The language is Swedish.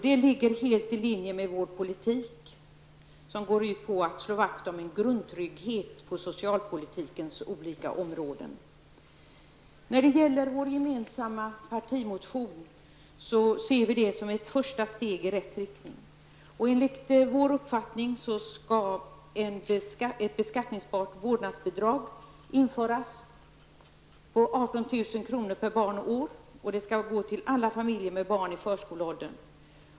Det ligger helt i linje med vår politik, som går ut på att det är nödvändigt att slå vakt om grundtryggheten på socialpolitikens olika områden. Den avlämnade gemensamma partimotionen ser vi som ett första steg i rätt riktning. Enligt vår uppfattning borde ett beskattningsbart vårdnadsbidrag om 18 000 kr. per barn och år införas. Detta bidrag skulle gå till alla familjer som har barn i förskoleåldern.